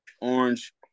Orange